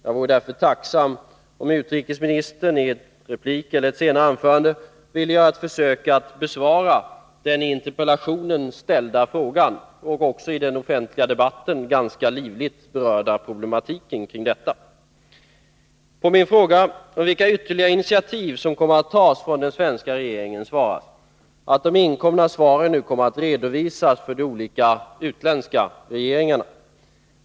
Jag vore därför tacksam om utrikesministern i en replik eller i ett senare anförande ville göra ett försök att besvara den i interpellationen ställda frågan och också beröra den i den offentliga debatten ganska livligt berörda problematiken kring detta. På min fråga om vilka ytterligare initiativ som kommer att tas av den svenska regeringen, svaras att de inkomna svaren nu kommer att redovisas för de olika utländska regeringarna.